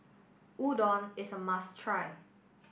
Udon is a must try